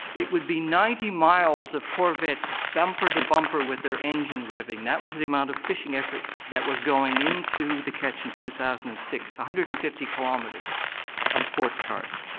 it would be ninety miles of corvettes bumper-to-bumper with their engines revving, that was the amount of fishing effort that was going into the catch in two thousand and six, one hundred and fifty kilometres of sports cars.